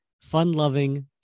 fun-loving